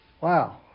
Wow